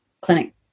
clinic